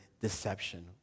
deception